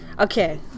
Okay